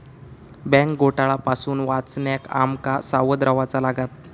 bank घोटाळा पासून वाचण्याक आम का सावध रव्हाचा लागात